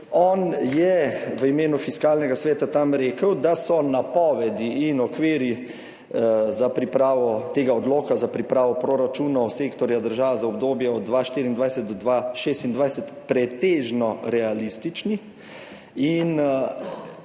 on je v imenu Fiskalnega sveta tam rekel, da so napovedi in okviri za pripravo tega odloka za pripravo proračunov sektorja država za obdobje od 2024 do 2026 pretežno realistični